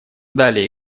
далее